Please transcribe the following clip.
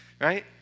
right